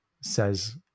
says